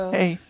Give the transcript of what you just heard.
Hey